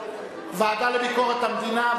הוועדה לביקורת המדינה,